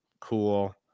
Cool